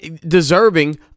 deserving